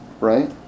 Right